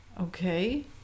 Okay